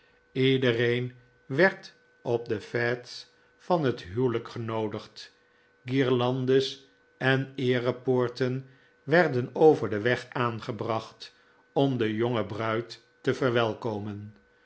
iedereen werd op de fetes van het huwelijk genoodigd guirlandes en eerepoorten werden over den weg aangebracht om de jonge bruid te verwelkomen